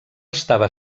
estava